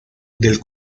del